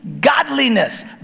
godliness